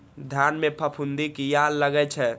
धान में फूफुंदी किया लगे छे?